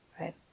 right